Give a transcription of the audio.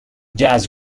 jazz